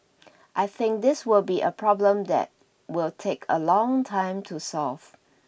I think this will be a problem that will take a long time to solve